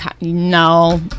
no